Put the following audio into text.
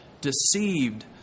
deceived